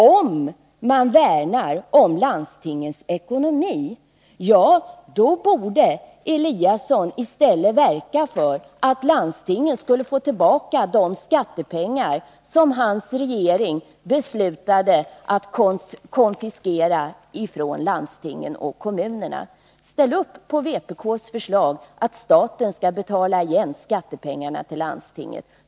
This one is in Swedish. Om man värnar om landstingens ekonomi — ja, då borde Ingemar Eliasson i stället verka för att landstingen skulle få tillbaka de skattepengar som den regering han ingick i beslutade att konfiskera från landstingen och kommunerna. Ställ upp på vpk:s förslag att staten skall betala igen skattepengarna till landstingen.